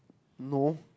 no